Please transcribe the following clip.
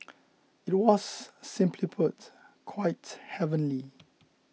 it was simply put quite heavenly